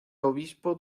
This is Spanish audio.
obispo